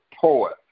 poet